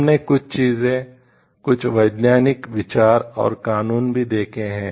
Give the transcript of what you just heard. हमने कुछ चीजें कुछ वैज्ञानिक विचार और कानून भी देखे हैं